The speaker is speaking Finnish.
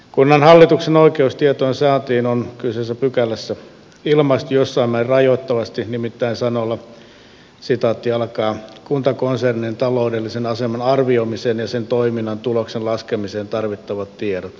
kunnanhallituksen oikeus tietojen saantiin on kyseisessä pykälässä ilmaistu jossain määrin rajoittavasti nimittäin sanoilla kuntakonsernin taloudellisen aseman arvioimiseen ja sen toiminnan tuloksen laskemiseen tarvittavat tiedot